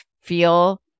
feel